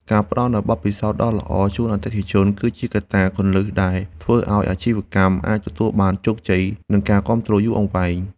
ការផ្ដល់នូវបទពិសោធន៍ដ៏ល្អជូនអតិថិជន គឺជាកត្តាគន្លឹះដែលធ្វើឱ្យអាជីវកម្មអាចទទួលបានជោគជ័យនិងការគាំទ្រយូរអង្វែង។